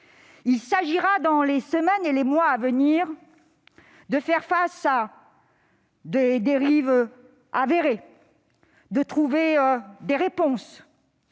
Il s'agira, dans les semaines et les mois à venir, face à des dérives avérées, de trouver des réponses.